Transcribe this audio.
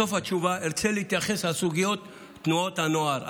ארצה להתייחס לסוגיית תנועת הנוער.